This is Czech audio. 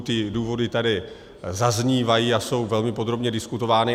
Ty důvody tady zaznívají a jsou velmi podrobně diskutovány.